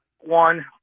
one